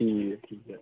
ठीक ऐ ठीक ऐ